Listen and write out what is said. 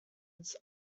its